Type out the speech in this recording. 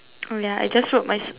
ya I just wrote my